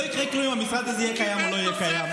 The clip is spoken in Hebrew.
לא יקרה כלום אם המשרד הזה יהיה קיים או לא יהיה קיים.